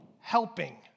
helping